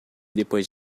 depois